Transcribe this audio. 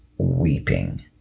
weeping